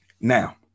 Now